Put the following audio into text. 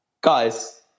Guys